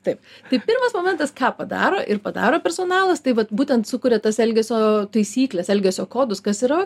taip tai pirmas momentas ką padaro ir padaro personalas tai vat būtent sukuria tas elgesio taisykles elgesio kodus kas yra